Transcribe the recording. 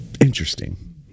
interesting